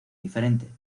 diferente